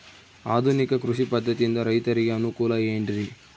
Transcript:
ಆಧುನಿಕ ಕೃಷಿ ಪದ್ಧತಿಯಿಂದ ರೈತರಿಗೆ ಅನುಕೂಲ ಏನ್ರಿ?